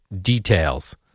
details